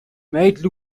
made